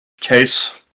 Case